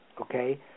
Okay